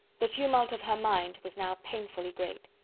the tumult of her mind, was now painfully great.